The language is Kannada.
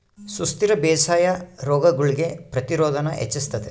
ಸುಸ್ಥಿರ ಬೇಸಾಯಾ ರೋಗಗುಳ್ಗೆ ಪ್ರತಿರೋಧಾನ ಹೆಚ್ಚಿಸ್ತತೆ